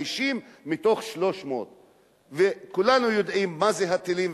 50 מתוך 300. כולנו יודעים מה זה הטילים,